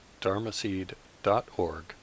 dharmaseed.org